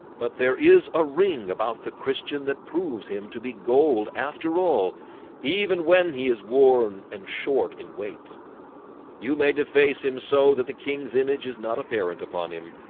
but there is a ring about the christian that proves him to be gold after all even when he is worn and short in weight you made a face him so that the kings image is not apparent upon him,